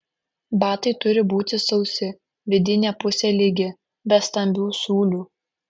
batai turi būti sausi vidinė pusė lygi be stambių siūlių